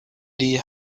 die